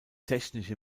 technische